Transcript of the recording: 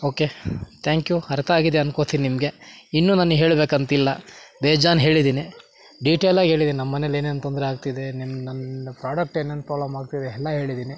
okay thank you ಅರ್ಥ ಆಗಿದೆ ಅನ್ಕೋತೀನಿ ನಿಮಗೆ ಇನ್ನೂ ನಾನು ಹೇಳಬೇಕಂತಿಲ್ಲ ಬೇಜಾನ್ ಹೇಳಿದ್ದೀನಿ ಡಿಟೇಲಾಗಿ ಹೇಳಿದಿನ್ ನಮ್ಮನೆಲಿ ಏನೇನು ತೊಂದರೆ ಆಗ್ತಿದೆ ನಿನ್ನ ನನ್ನ ಪ್ರೊಡಕ್ಟ್ ಏನೇನು ಪ್ರೊಬ್ಲಮ್ ಆಗ್ತಿದೆ ಎಲ್ಲ ಹೇಳಿದ್ದೀನಿ